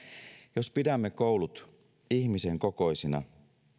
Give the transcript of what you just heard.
jos pidämme koulut ihmisen kokoisina